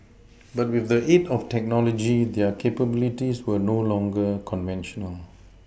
but with the aid of technology their capabilities are no longer conventional